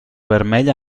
vermell